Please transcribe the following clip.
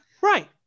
Right